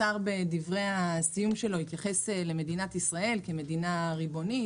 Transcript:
השר בדברי הסיום שלו התייחס למדינת ישראל כמדינה ריבונית,